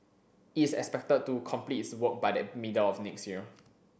it is expected to complete its work by the middle of next year